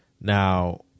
Now